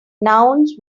nouns